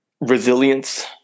resilience